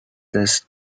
des